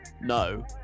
no